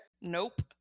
Nope